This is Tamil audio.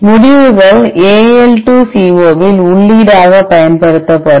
முடிவுகள் AL2CO வில் உள்ளீடாகப் பயன்படுத்தப்படும்